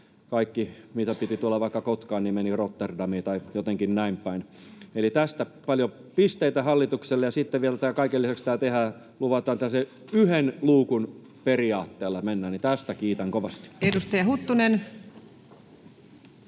kaikki, mitä piti tulla vaikka Kotkaan, meni Rotterdamiin tai jotenkin näin päin. Eli tästä paljon pisteitä hallitukselle. Kun sitten vielä kaiken lisäksi tämä luvataan tehdä yhden luukun periaatteella, niin tästä kiitän kovasti. Edustaja Huttunen.